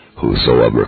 Whosoever